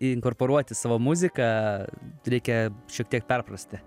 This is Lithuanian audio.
inkorporuot į savo muziką tai reikia šiek tiek perprasti